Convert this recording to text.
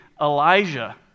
Elijah